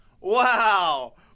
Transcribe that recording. Wow